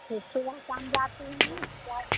फिर सुबह शाम जाती हैं या